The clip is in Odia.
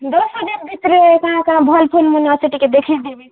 ଦଶ୍ ହଜାର୍ ଭିତରେ କାଁ କାଁ ଭଲ୍ ଫୋନ୍ମାନ୍ ଅଛି ଟିକେ ଦେଖେଇ ଦିଦି